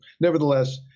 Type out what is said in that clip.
nevertheless